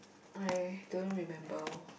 I don't remember